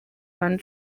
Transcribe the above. abantu